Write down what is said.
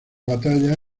batalla